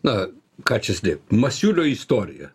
na ką čia slėpt masiulio istorija